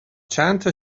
چندتا